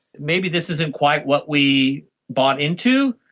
maybe this isn't quite what we bought into.